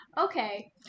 Okay